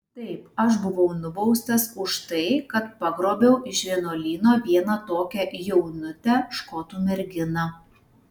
taip aš buvau nubaustas už tai kad pagrobiau iš vienuolyno vieną tokią jaunutę škotų merginą